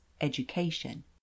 education